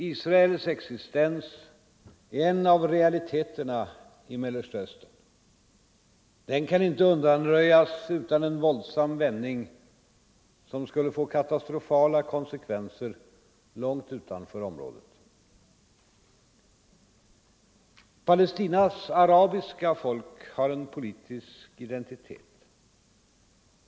Israels existens är en av realiteterna i Mellersta Östern. Den kan inte undanröjas utan en våldsam vändning som skulle få katastrofala konsekvenser långt utanför Nr 127 området. Fredagen den Palestinas arabiska folk har en politisk identitet.